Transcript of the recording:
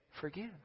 Forgive